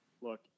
look